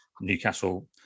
Newcastle